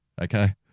Okay